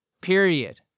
period